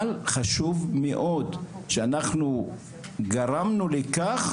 אבל חשוב מאוד שאנחנו גרמנו לכך